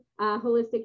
holistic